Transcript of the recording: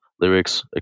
lyrics